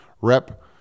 rep